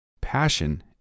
Passion